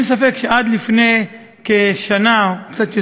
אין ספק שעד לפני כשנה, או קצת יותר,